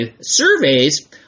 surveys